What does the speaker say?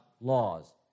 laws